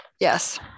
yes